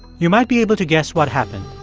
you might be able to guess what happened.